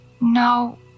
No